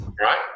Right